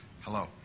hello